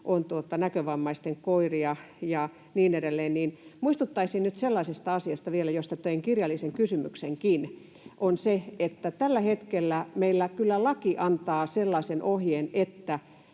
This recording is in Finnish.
on näkövammaisten koiria ja niin edelleen — niin muistuttaisin sellaisesta asiasta vielä, josta tein kirjallisen kysymyksenkin, että tällä hetkellä meillä kyllä laki antaa sellaisen ohjeen, että